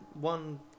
one